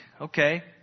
okay